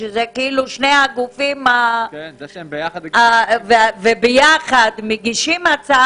שאלה כאילו שני הגופים --- זה שהם ביחד --- ביחד מגישים הצעה